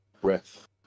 breath